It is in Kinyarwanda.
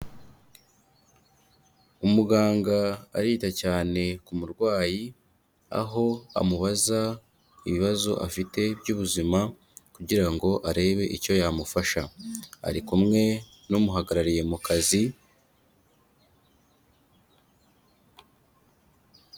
Umuganga arita cyane ku murwayi, aho amubaza ibibazo afite by'ubuzima, kugira ngo arebe icyo yamufasha. Ari kumwe n'umuhagarariye mu kazi...